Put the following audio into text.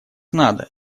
надо